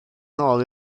nôl